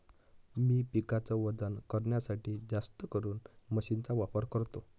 मी पिकाच वजन करण्यासाठी जास्तकरून मशीन चा वापर करतो